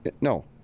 no